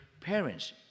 parents